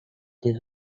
this